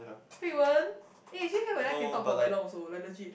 Hui-Wen eh actually Hui-Wen can talk for very long also like legit